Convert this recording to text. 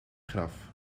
graf